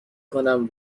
کنم